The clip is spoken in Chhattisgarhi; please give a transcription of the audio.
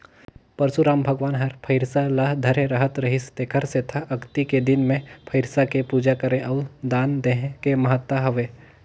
परसुराम भगवान हर फइरसा ल धरे रहत रिहिस तेखर सेंथा अक्ती के दिन मे फइरसा के पूजा करे अउ दान देहे के महत्ता हवे